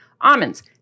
almonds